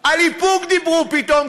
על איפוק דיברו פתאום,